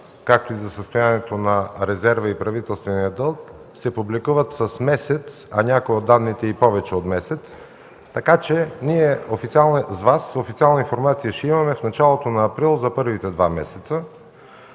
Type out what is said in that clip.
както и за състоянието на резерва и правителствения дълг, се публикуват с месец, а някои от данните и повече от месец, така че ние с Вас официална информация за първите два месеца